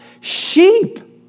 sheep